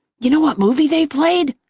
you know what movie they played?